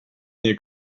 nie